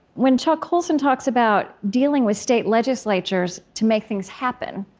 when chuck colson talks about dealing with state legislatures to make things happen,